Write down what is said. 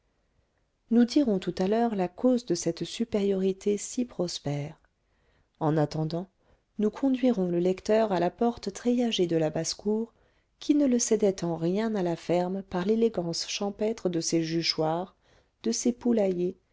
nous dirons tout à l'heure la cause de cette supériorité si prospère en attendant nous conduirons le lecteur à la porte treillagée de la basse-cour qui ne le cédait en rien à la ferme par l'élégance champêtre de ses juchoirs de ses poulaillers